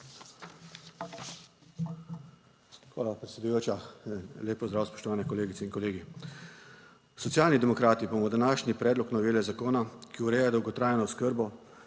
Hvala predsedujoča. Lep pozdrav spoštovane kolegice in kolegi. Socialni demokrati bomo današnji predlog novele zakona, ki ureja dolgotrajno oskrbo